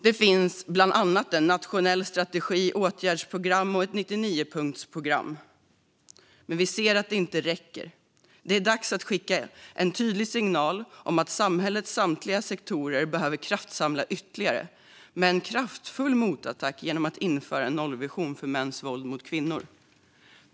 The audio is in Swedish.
Det finns bland annat en nationell strategi, åtgärdsprogram och ett 99-punktsprogram, men vi ser att det inte räcker. Det är dags att skicka en tydlig signal om att samhällets samtliga sektorer behöver kraftsamla ytterligare genom en kraftfull motattack där man inför en nollvision för mäns våld mot kvinnor.